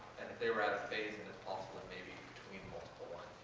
they were out of phase, then it's possible maybe between multiple ones.